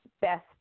best